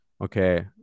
okay